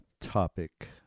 topic